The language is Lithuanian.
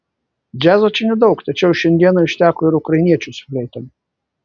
džiazo čia nedaug tačiau šiandienai užteko ir ukrainiečių su fleitom